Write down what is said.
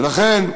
ולכן,